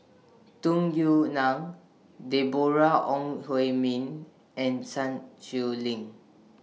Tung Yue Nang Deborah Ong Hui Min and Sun Xueling